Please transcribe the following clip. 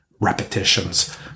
Repetitions